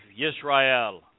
Yisrael